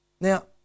Now